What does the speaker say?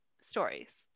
stories